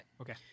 Okay